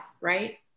Right